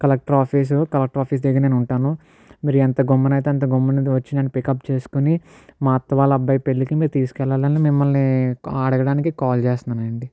collector office collector office దగ్గర నేను ఉంటాను మీరు ఎంత గమ్మునైతే అంత గమ్మున వచ్చి నన్ను పికప్ చేసుకుని మా అత్త వాళ్ళ అబ్బాయి పెళ్లికి మీరు తీసుకెళ్లాలని మిమ్మల్ని అడగడానికి కాల్ చేస్తున్నానండి